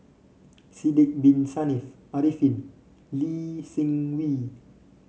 Sidek Bin Saniff Arifin Lee Seng Wee